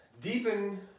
deepen